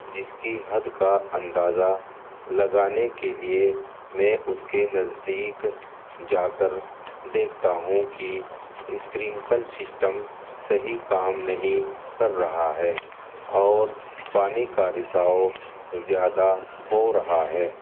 جس کی حد کا اندازہ لگانے کے لیے میں اس کے نزدیک جا کر دیکھتا ہوں کہ اسپرنکل سشٹم صحیح کام نہیں کر رہا ہے اور پانی کا رساؤ زیادہ ہو رہا ہے